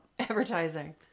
Advertising